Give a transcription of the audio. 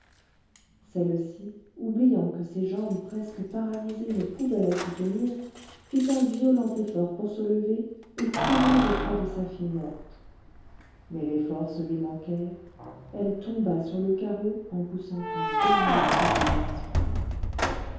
celle-ci oubliant que ses jambes presque paralysées ne pouvaient la soutenir fit un violent effort pour se lever et courir auprès de sa fille morte mais les forces lui manquèrent elle tomba sur le carreau en poussant un dernier cri de désespoir